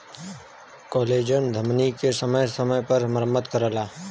collagen धमनी के समय समय पर मरम्मत करत रहला